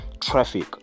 traffic